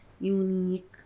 unique